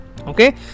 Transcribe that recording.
Okay